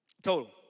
total